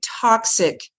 toxic